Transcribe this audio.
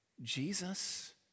Jesus